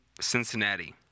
Cincinnati